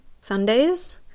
Sundays